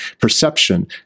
perception